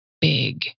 big